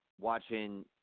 watching